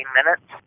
minutes